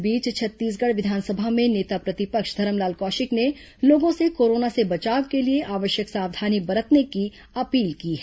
इस बीच छत्तीसगढ़ विधानसभा में नेता प्रतिपक्ष धरमलाल कौशिक ने लोगों से कोरोना से बचाव के लिए आवश्यक सावधानी बरतने की अपील की है